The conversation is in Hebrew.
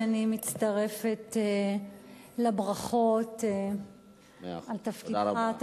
אני מצטרפת לברכות על תפקידך.